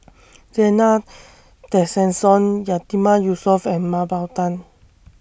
Zena Tessensohn Yatiman Yusof and Mah Bow Tan